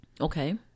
Okay